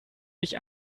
dich